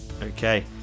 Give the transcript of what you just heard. Okay